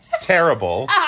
terrible